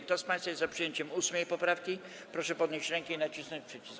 Kto z państwa jest za przyjęciem 8. poprawki, proszę podnieść rękę i nacisnąć przycisk.